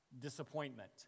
Disappointment